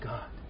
God